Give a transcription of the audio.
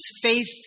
faith